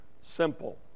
simple